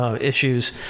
issues